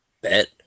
Bet